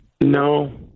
No